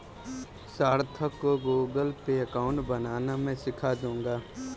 सार्थक को Google Pay account बनाना मैं सीखा दूंगा